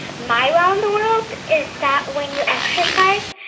my wow in the world is that when you exercise,